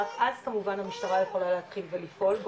רק אז כמובן המשטרה יכולה להתחיל ולפעול,